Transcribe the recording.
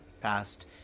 past